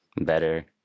better